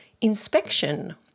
inspection